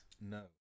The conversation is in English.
No